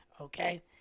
okay